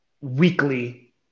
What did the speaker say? weekly